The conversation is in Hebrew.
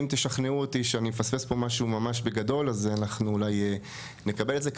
אם תשכנעו אותי שאני מפספס פה משהו ממש בגדול אז אנחנו אולי נקבל את זה,